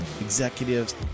executives